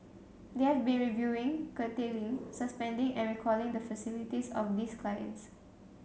they have been reviewing curtailing suspending and recalling the facilities of these clients